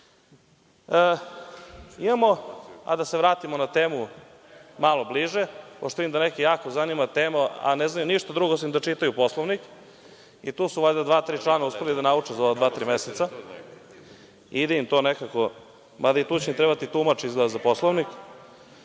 Tema.)Da se vratimo na temu malo bliže, pošto vidim da neke jako zanima tema, a ne znaju ništa drugo nego da čitaju Poslovnik i tu su valjda dva-tri člana uspeli da nauče za ova dva, tri meseca. Ide im to nekako, mada i tu će im trebati tumač izgleda za Poslovnik.(Dušan